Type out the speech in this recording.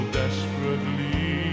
desperately